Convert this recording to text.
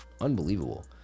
Unbelievable